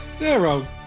Zero